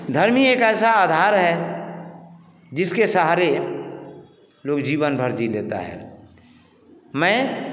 घर भी एक ऐसा आधार है जिसके सहारे लोग जीवन भर जी लेता है